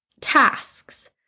tasks